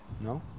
No